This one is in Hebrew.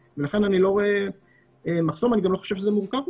לכן אני לא רואה מחסום ואני גם לא חושב שזה מורכב.